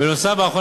נוסף על כך,